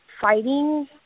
fighting